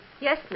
Yes